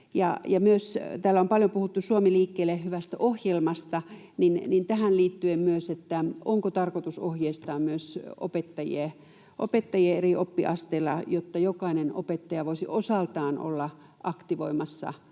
täällä on paljon puhuttu hyvästä Suomi liikkeelle -ohjelmasta, niin tähän liittyen myös, että onko tarkoitus ohjeistaa myös opettajia eri oppiasteilla, jotta jokainen opettaja voisi osaltaan olla aktivoimassa lapsia